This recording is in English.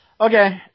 Okay